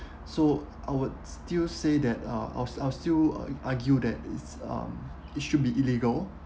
so I would still say that uh uh I'll still I still uh argue that is um it should be illegal